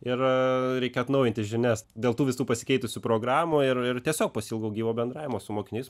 ir reikia atnaujinti žinias dėl tų visų pasikeitusių programų ir ir tiesiog pasiilgau gyvo bendravimo su mokiniais